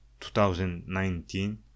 2019